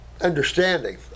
understanding